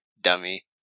dummy